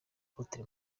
apotre